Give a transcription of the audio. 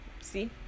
see